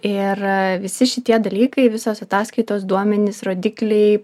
ir visi šitie dalykai visos ataskaitos duomenys rodikliai